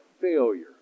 failure